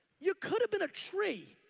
you could've been a tree.